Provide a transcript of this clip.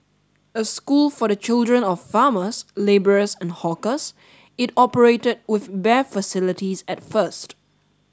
a school for the children of farmers labourers and hawkers it operated with bare facilities at first